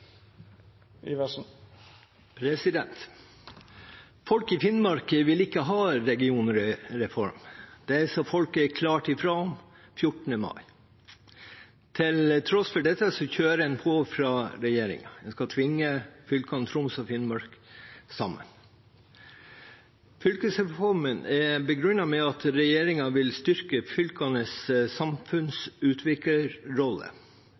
Folk i Finnmark vil ikke ha noen regionreform. Det sa folket klart fra om 14. mai. Til tross for dette kjører en på fra regjeringen, en skal tvinge fylkene Troms og Finnmark sammen. Fylkesreformen er begrunnet med at regjeringen vil styrke fylkenes